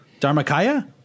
Dharmakaya